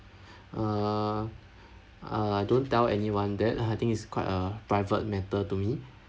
err uh don't tell anyone that I think is quite a private matter to me